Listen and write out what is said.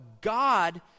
god